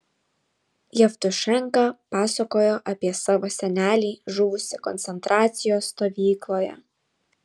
jevtušenka pasakojo apie savo senelį žuvusį koncentracijos stovykloje